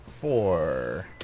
four